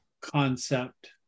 concept